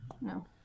No